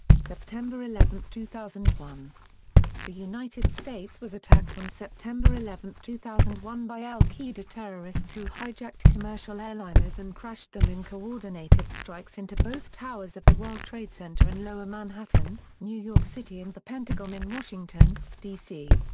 september eleven, two thousand and one the united states was attacked on september eleven, two thousand and one by al qaeda terrorists who hijacked commercial airliners and crashed them in coordinated strikes into both towers of the world trade center in lower manhattan, new york city and the pentagon in washington, d c.